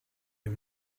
him